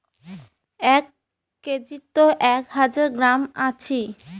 এক কেজিত এক হাজার গ্রাম আছি